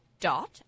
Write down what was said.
dot